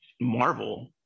Marvel